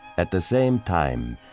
at the same time,